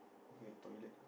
wait toilet